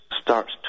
starts